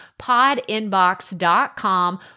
podinbox.com